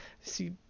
See